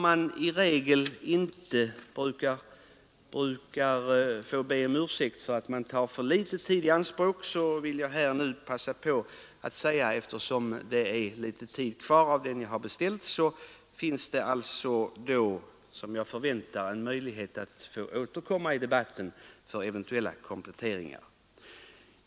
Man brukar inte be om ursäkt för att man tar för litet tid i anspråk, och eftersom det är någon tid kvar av vad jag har beställt finns det alltså, som jag förväntar, en möjlighet att återkomma i debatten för eventuella kompletteringar.